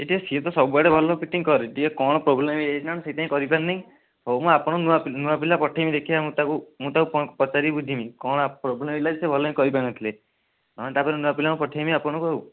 ଏଇଟା ସିଏ ତ ସବୁଆଡ଼େ ଭଲ ଫିଟିଙ୍ଗ କରେ ଟିକିଏ କଣ ପ୍ରୋବ୍ଲେମ୍ ହେଇଯାଇଛି ମ୍ୟାମ୍ ସେଥିପାଇଁ କରିପାରିନାହିଁ ହଉ ମୁଁ ଆପଣଙ୍କୁ ନୂଆଁ ପିଲା ପଠେଇମି ଦେଖିବେ ମୁଁ ତାକୁ ମୁଁ ତାକୁ ପଚାରିକି ବୁଝିମି କଣ ଆ ପ୍ରୋବ୍ଲେମ୍ ହେଇଲା ସିଏ ଭଲକି କରି ପାରିନଥିଲେ ହଁ ତାପରେ ନୂଆଁ ପିଲାଙ୍କୁ ପଠେଇମି ଆପଣଙ୍କ ଆଉ